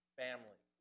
family